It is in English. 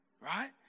right